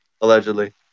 allegedly